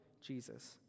Jesus